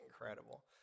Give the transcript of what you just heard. incredible